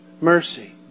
mercy